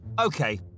Okay